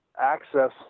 access